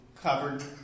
covered